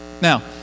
Now